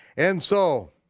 and so